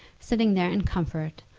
sitting there in comfort,